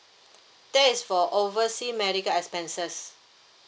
that is for oversea medical expenses